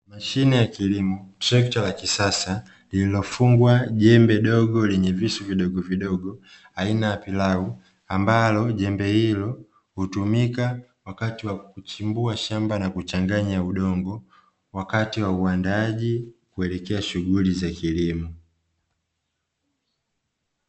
Mashine ya kilimo, trekta la kisasa lililofungwa jembe dogo lenye visu vidogovidogo aina ya pilau, ambalo jembe hilo hutumika wakati wa kuchimbua shamba na kuchanganya udongo wakati wa uandaaji kuelekea shughuli za kilimo.